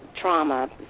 trauma